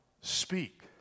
Speak